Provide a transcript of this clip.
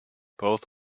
both